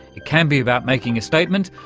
it can be about making a statement,